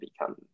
become